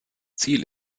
ziel